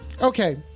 Okay